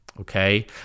Okay